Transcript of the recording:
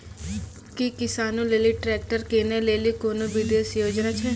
कि किसानो लेली ट्रैक्टर किनै लेली कोनो विशेष योजना छै?